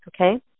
okay